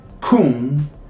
coon